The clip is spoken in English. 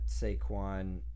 Saquon